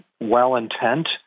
well-intent